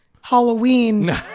Halloween